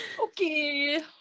Okay